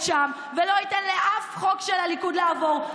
שם ולא ייתן לאף חוק של הליכוד לעבור.